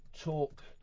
talk